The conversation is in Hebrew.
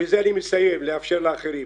ובזה אני מסיים, לאפשר לאחרים,